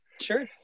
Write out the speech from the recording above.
sure